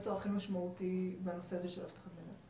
החסר הכי משמעותי בנושא הזה של אבטחת מידע?